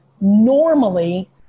normally